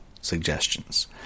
suggestions